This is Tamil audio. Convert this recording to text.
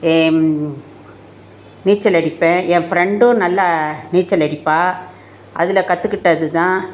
ஏ நீச்சல் அடிப்பேன் என் ஃப்ரெண்டும் நல்லா நீச்சல் அடிப்பாள் அதில் கற்றுக்கிட்டது தான்